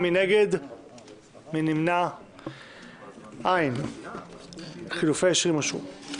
הצבעה בעד 8 נגד - אין נמנעים אין חילופי האישים אושרו.